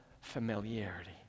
familiarity